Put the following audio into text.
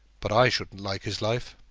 but i shouldn't like his life.